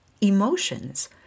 emotions